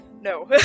No